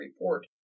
report